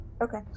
Okay